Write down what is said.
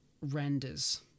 renders